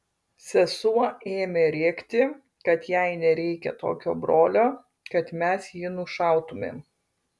sesuo ėmė rėkti kad jai nereikia tokio brolio kad mes jį nušautumėm